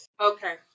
Okay